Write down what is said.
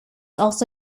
also